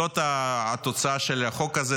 זאת התוצאה של החוק הזה.